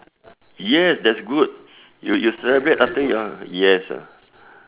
yes that's good you you celebrate after you're yes ah